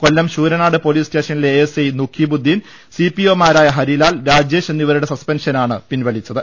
കൊല്ലം Sooranad police സ്റ്റേഷനിലെ ASI Nukibdeen CPO മാരായ ഹുരിലാൽ രാജേഷ് എന്നിവ രുടെ സസ്പെൻഷനാണ് പിൻവലിച്ചത്